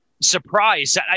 surprise